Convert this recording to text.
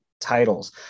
titles